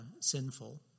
sinful